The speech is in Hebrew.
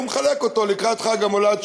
הוא מחלק אותו לקראת חג המולד,